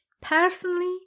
Personally